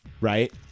right